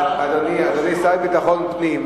אדוני השר לביטחון פנים,